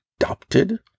Adopted